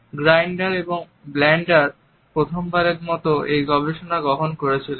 grinder এবং Bandler প্রথমবারের মতো এই গবেষণাটি গ্রহণ করেছিলেন